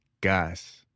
gas